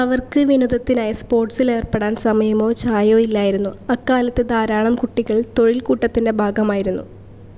അവർക്ക് വിനോദത്തിനായി സ്പോർട്സിലേർപ്പെടാൻ സമയമോ ഇല്ലായിരുന്നു അക്കാലത്ത് ധാരാളം കുട്ടികൾ തൊഴിൽ കൂട്ടത്തിൻ്റെ ഭാഗമായിരുന്നു